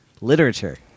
literature